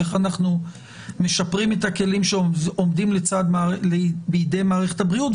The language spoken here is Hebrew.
איך אנחנו משפרים את הכלים שעומדים בידי מערכת הבריאות,